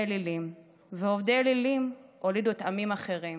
אלילים / ועובדי אלילים הולידו את / עמים אחרים.